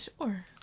Sure